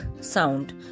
sound